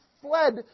fled